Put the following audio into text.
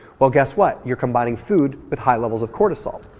well guess what? you're combining food with high levels of cortisol.